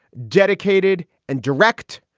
dedicated and direct.